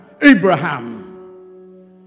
Abraham